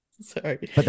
Sorry